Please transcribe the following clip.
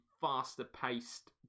faster-paced